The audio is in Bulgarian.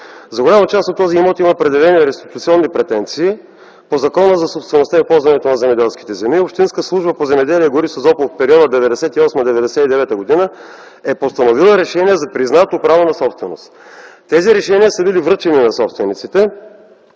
За голяма част от този имот има предявени реституционни претенции по Закона за собствеността и ползването на земеделските земи. Общинска служба по земеделие и гори, гр. Созопол, в периода 1998-1999 г. е постановила решения за признато право на собственост. Тези решения са били връчени на собствениците